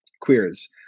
queers